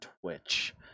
Twitch